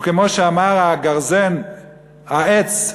כמו שאמר הגרזן לעץ,